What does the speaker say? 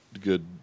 good